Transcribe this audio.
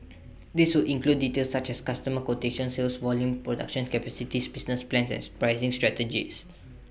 this would include details such as customer quotations sales volumes production capacities business plans and pricing strategies